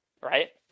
Right